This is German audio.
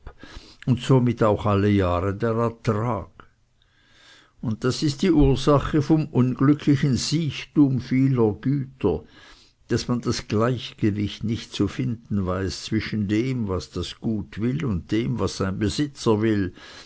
und somit auch alle jahre der ertrag und das ist die ursache vom unglücklichen siechtum vieler güter daß man das gleichgewicht nicht zu finden weiß zwischen dem was das gut will und dem was sein besitzer will